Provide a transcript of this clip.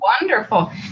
Wonderful